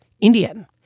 Indian